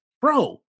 bro